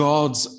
God's